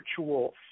virtual